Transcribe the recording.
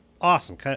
awesome